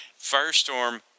Firestorm